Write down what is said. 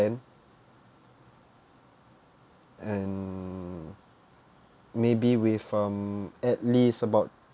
~n and maybe with um at least about